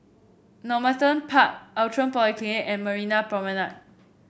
Normanton Park Outram Polyclinic and Marina Promenade